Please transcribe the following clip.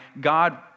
God